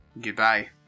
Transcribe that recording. goodbye